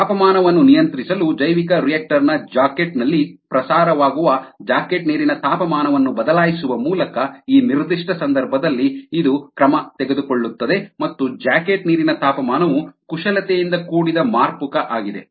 ತಾಪಮಾನವನ್ನು ನಿಯಂತ್ರಿಸಲು ಜೈವಿಕರಿಯಾಕ್ಟರ್ ನ ಜಾಕೆಟ್ ನಲ್ಲಿ ಪ್ರಸಾರವಾಗುವ ಜಾಕೆಟ್ ನೀರಿನ ತಾಪಮಾನವನ್ನು ಬದಲಾಯಿಸುವ ಮೂಲಕ ಈ ನಿರ್ದಿಷ್ಟ ಸಂದರ್ಭದಲ್ಲಿ ಇದು ಕ್ರಮ ತೆಗೆದುಕೊಳ್ಳುತ್ತದೆ ಮತ್ತು ಜಾಕೆಟ್ ನೀರಿನ ತಾಪಮಾನವು ಕುಶಲತೆಯಿಂದ ಕೂಡಿದ ಮಾರ್ಪುಕ ಆಗಿದೆ